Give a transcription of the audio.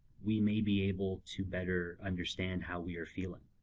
we may be able to better understand how we are feeling.